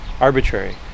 arbitrary